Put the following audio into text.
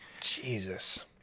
Jesus